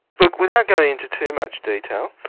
look, without going into too much detail,